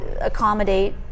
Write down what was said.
accommodate